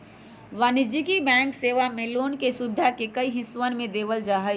वाणिज्यिक बैंक सेवा मे लोन के सुविधा के कई हिस्सवन में देवल जाहई